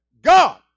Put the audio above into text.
God